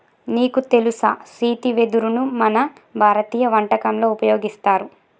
నీకు తెలుసా సీతి వెదరును మన భారతీయ వంటకంలో ఉపయోగిస్తారు